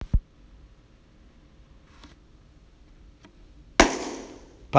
part